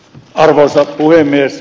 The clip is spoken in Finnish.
arvoisa puhemies